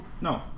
No